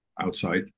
outside